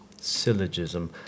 Syllogism